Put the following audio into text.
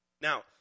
Now